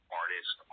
artist